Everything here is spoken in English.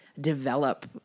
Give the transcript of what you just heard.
develop